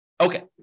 Okay